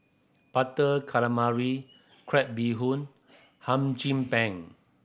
Butter Calamari crab bee hoon Hum Chim Peng